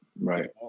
Right